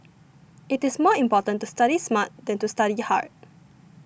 it is more important to study smart than to study hard